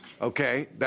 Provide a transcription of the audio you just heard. Okay